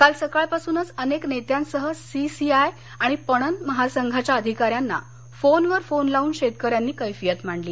काल सकाळपासूनच अनेक नेत्यासह सीसीआय आणि पणन महासंघाच्या अधिकाऱ्यांना फोनवर फोन लावून शेतकऱ्यांनी कैफियत मांडली